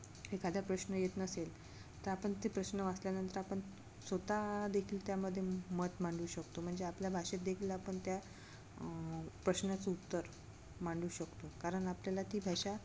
एखादा प्रश्न येत नसेल तर आपण ती प्रश्न वाचल्यानंतर आपण स्वतः देखील त्यामध्ये मत मांडू शकतो म्हणजे आपल्या भाषेत देखील आपण त्या प्रश्नाचं उत्तर मांडू शकतो कारण आपल्याला ती भाषा